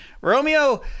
romeo